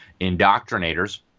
indoctrinators